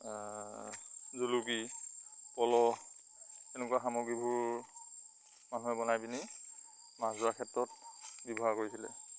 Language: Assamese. জুলুকি পল'হ এনেকুৱা সামগ্ৰীবোৰ মানুহে বনাই পিনি মাছ ধৰাৰ ক্ষেত্ৰত ব্যৱহাৰ কৰিছিলে